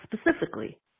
specifically